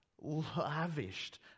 lavished